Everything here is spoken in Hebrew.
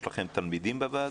יש לכם תלמידים בוועדה?